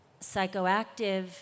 psychoactive